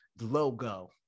logo